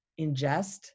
ingest